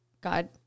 God